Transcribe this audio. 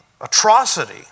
atrocity